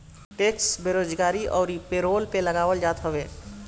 tax बेरोजगारी अउरी payroll पे लगावल जात हवे